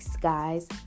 guys